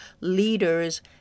leaders